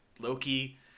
Loki